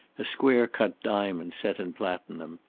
a square-cut diamond set in platinum.